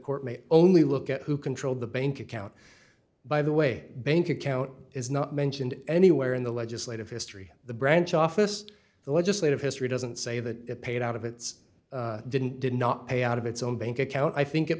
court may only look at who controlled the bank account by the way bank account is not mentioned anywhere in the legislative history the branch office the legislative history doesn't say that paid out of its didn't did not pay out of its own bank account i think it